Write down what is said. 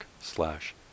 slash